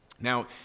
Now